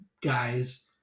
guys